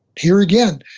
here again,